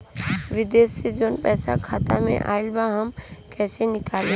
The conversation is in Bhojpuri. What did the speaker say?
विदेश से जवन पैसा खाता में आईल बा हम कईसे निकाली?